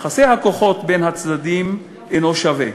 יחסי הכוחות בין הצדדים אינו שווה,